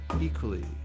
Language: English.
equally